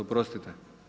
Oprostite.